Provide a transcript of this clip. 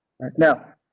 Now